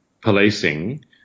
Policing